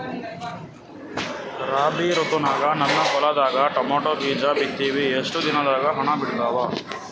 ರಾಬಿ ಋತುನಾಗ ನನ್ನ ಹೊಲದಾಗ ಟೊಮೇಟೊ ಬೀಜ ಬಿತ್ತಿವಿ, ಎಷ್ಟು ದಿನದಾಗ ಹಣ್ಣ ಬಿಡ್ತಾವ?